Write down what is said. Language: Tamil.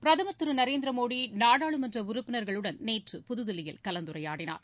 பிரதுர் திரு நரேந்திர மோடி நாடாளுமன்ற உறுப்பினர்களுடன் நேற்று புதுதில்லியில் கலந்துரையாடினார்